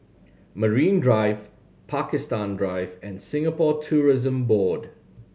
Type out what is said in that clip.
Marine Drive Pakistan Drive and Singapore Tourism Board